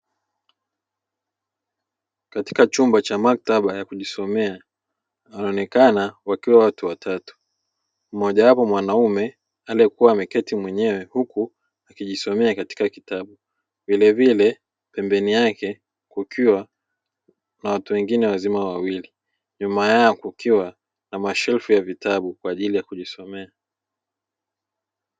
Katika chumba cha maktaba ya kujisomea, wanaonekana wakiwa watu watatu, mmojawapo mwanaume aliyekuwa ameketi mwenyewe huku akijisomea katika kitabu. Vilevile pembeni yake kukiwa na watu wengine wazima wawili, nyuma yao kukiwa na mashelfu ya vitabu kwa ajili ya kujisomea.